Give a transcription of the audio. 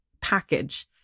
package